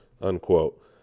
unquote